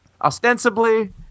ostensibly